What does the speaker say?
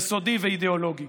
יסודי ואידיאולוגי?